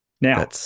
Now